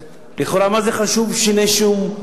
לכאורה מה זה חשוב שיני שום?